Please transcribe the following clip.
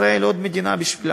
ישראל עוד מדינה בשבילם,